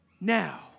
now